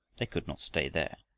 they could not stay there.